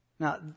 Now